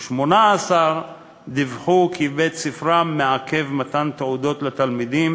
ו-18% דיווחו כי בית-ספרם מעכב מתן תעודות לתלמידים